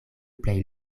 plej